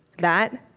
that?